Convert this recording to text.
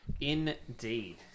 Indeed